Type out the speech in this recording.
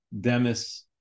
Demis